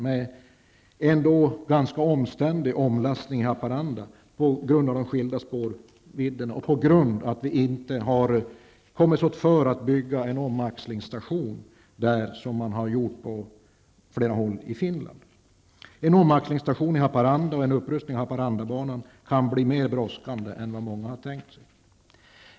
Det blir då nödvändigt med en ganska omständlig omlastning i Haparanda på grund av de skilda spårvidderna och på grund av att vi inte där har kommit oss för att bygga en omaxlingsstation på samma sätt som man har gjort på flera håll i Finland. En omaxlingsstation i Haparanda och en upprustning av Haparandabanan kan bli mer brådskande än vad många har tänkt sig.